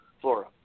flora